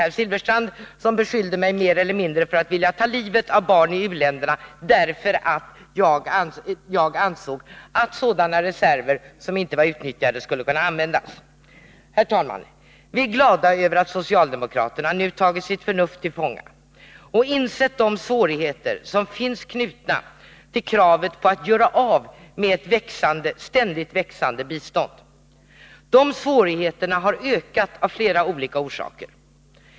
Herr Silfverstrand beskyllde mig mer eller mindre för att ta livet av barn i u-länderna, därför att jag ansåg att reserver som inte var utnyttjade skulle kunna användas. Herr talman! Vi är glada över att socialdemokraterna nu har tagit sitt förnuft till fånga och insett de svårigheter som finns knutna till kravet på att göra av med ständigt växande bistånd. Dessa svårigheter har ökat av flera olika orsaker.